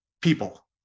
people